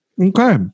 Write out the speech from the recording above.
okay